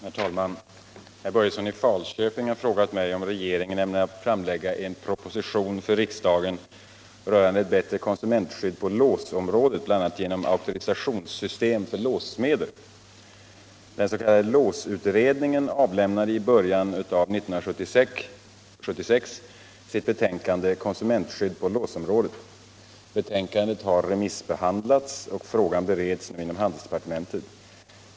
Herr talman! Herr Börjesson i Falköping har frågat mig om regeringen ämnar framlägga en proposition för riksdagen rörande ett bättre konsumentskydd på låsområdet, bl.a. genom auktoriseringssystem för låssmeder. Den s.k. låsutredningen avlämnade i början av år 1976 sitt betänkande Konsumentskydd på låsområdet. Betänkandet har remissbehandlats, och frågan bereds nu inom handelsdepartementet.